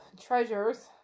treasures